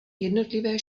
jednotlivé